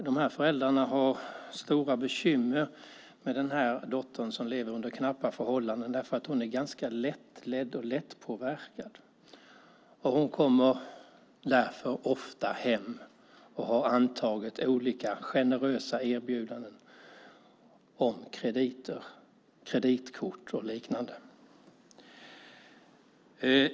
De här föräldrarna har stora bekymmer med dottern som lever under knappa förhållanden, för hon är ganska lättledd och lättpåverkad och hon kommer därför ofta hem och har antagit olika generösa erbjudanden om krediter - kreditkort och liknande.